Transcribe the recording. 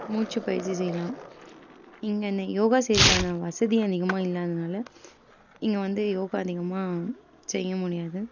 மூச்சு பயிற்சி செய்யலாம் இங்கே இந்த யோகா செய்கிறதுக்கான வசதி அதிகமாக இல்லாததுனால் இங்கே வந்து யோகா அதிகமாக செய்ய முடியாது